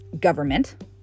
government